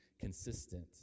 consistent